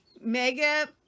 Mega